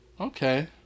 Okay